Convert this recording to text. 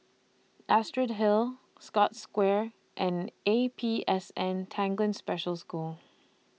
Astrid Hill Scotts Square and A P S N Tanglin Special School